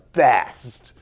best